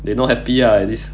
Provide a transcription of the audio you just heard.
they not happy ah this